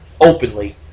openly